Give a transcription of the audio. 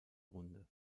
runde